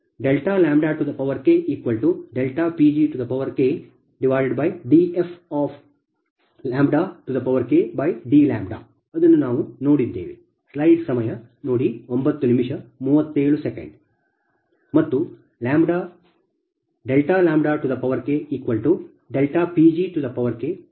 ಮತ್ತು KPgKdfKdλ ಅನ್ನು ನಾವು ನೋಡಿದ್ದೇವೆ